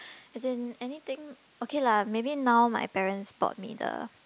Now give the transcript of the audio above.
as in anything okay lah maybe now my parents bought me the